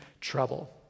trouble